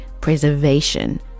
preservation